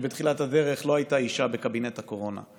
שבתחילת הדרך לא הייתה אישה בקבינט הקורונה.